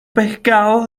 pescados